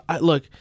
look